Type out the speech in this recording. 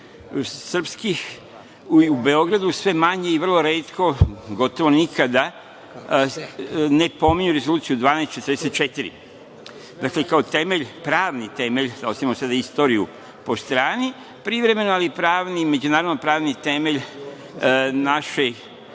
srpskih u Beogradu sve manje i vrlo retko, gotovo nikada ne pominju Rezoluciju 1244. Dakle, kao temelj, pravni temelj, ostavimo sada istoriju po strani, privremeno ali međunarodno pravni temelj na